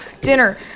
dinner